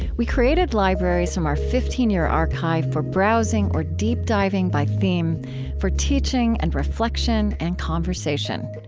we created libraries from our fifteen year archive for browsing or deep diving by theme for teaching and reflection and conversation.